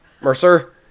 Mercer